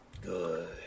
Good